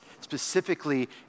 specifically